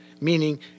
meaning